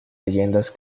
leyendas